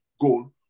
goal